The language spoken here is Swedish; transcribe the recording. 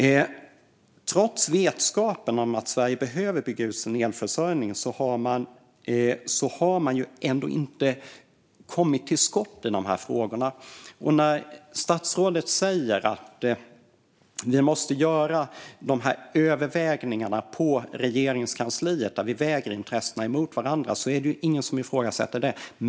Trots vetskapen om att Sverige behöver bygga ut sin elförsörjning har man inte kommit till skott i de här frågorna. Statsrådet säger att man måste göra överväganden på Regeringskansliet och väga intressen mot varandra, och det är ingen som ifrågasätter det.